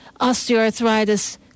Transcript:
osteoarthritis